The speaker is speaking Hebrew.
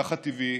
ככה טבעי,